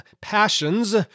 passions